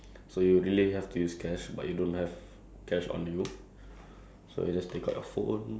just like for example you like go to a shop then the shop doesn't accept those nets or like cards